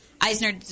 Eisner